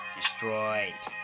destroyed